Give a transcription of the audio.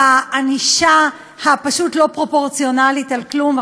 בענישה הפשוט-לא-פרופורציונלית על כלום.